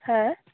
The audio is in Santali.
ᱦᱮᱸ